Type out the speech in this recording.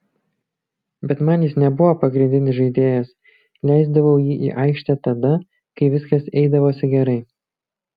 bet man jis nebuvo pagrindinis žaidėjas leisdavau jį į aikštę tada kai viskas eidavosi gerai